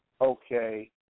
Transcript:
okay